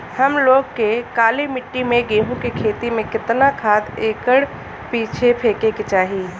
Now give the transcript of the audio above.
हम लोग के काली मिट्टी में गेहूँ के खेती में कितना खाद एकड़ पीछे फेके के चाही?